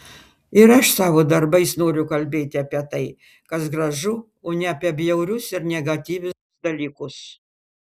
ir aš savo darbais noriu kalbėti apie tai kas gražu o ne apie bjaurius ir negatyvius dalykus